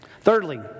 Thirdly